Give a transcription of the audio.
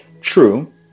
True